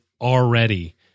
already